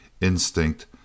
Instinct